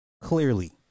Clearly